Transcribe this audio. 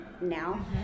now